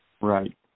Right